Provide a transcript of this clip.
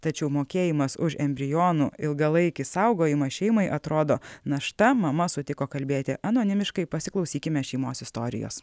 tačiau mokėjimas už embrionų ilgalaikį saugojimą šeimai atrodo našta mama sutiko kalbėti anonimiškai pasiklausykime šeimos istorijos